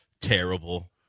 terrible